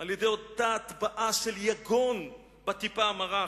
על-ידי אותה הטבעה של יגון בטיפה המרה.